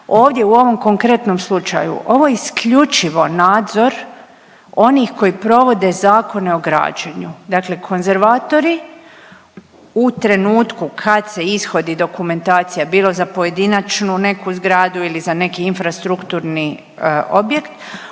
Ovdje u ovom konkretnom slučaju, ovo je isključivo nadzor onih koji provode zakone o građenju. Dakle konzervatori u trenutku kad se ishodi dokumentacija bilo za pojedinačnu neku zgradu ili za neki infrastrukturni objekt,